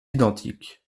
identiques